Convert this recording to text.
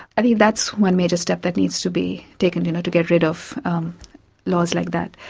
i think that's one major step that needs to be taken, you know, to get rid of laws like that.